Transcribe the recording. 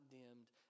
dimmed